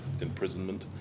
imprisonment